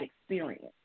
experience